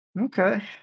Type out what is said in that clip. Okay